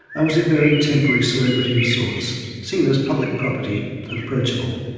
i was a very temporary celebrity of sorts, seen as public property and approachable.